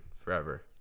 Forever